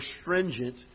stringent